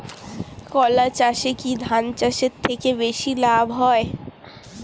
কলা চাষে কী ধান চাষের থেকে বেশী লাভ হয়?